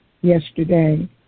yesterday